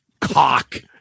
cock